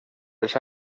els